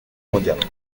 mondiale